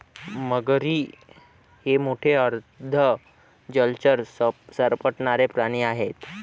मगरी हे मोठे अर्ध जलचर सरपटणारे प्राणी आहेत